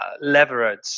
leverage